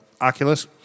Oculus